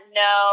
no